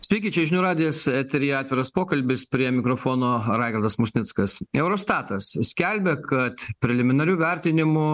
sveiki čia žinių radijas eteryje atviras pokalbis prie mikrofono raigardas musnickas eurostatas skelbia kad preliminariu vertinimu